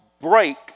break